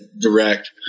direct